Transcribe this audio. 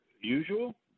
usual